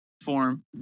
form